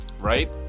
right